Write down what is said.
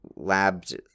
labbed